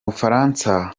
bufaransa